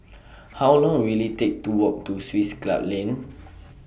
How Long Will IT Take to Walk to Swiss Club Lane